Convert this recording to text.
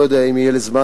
לא יודע אם יהיה לי זמן,